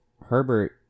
Herbert